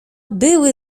były